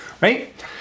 right